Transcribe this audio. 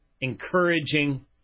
encouraging